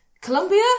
Colombia